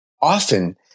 often